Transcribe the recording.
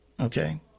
okay